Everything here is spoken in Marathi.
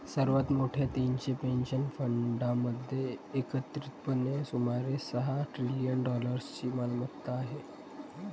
सर्वात मोठ्या तीनशे पेन्शन फंडांमध्ये एकत्रितपणे सुमारे सहा ट्रिलियन डॉलर्सची मालमत्ता आहे